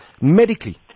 medically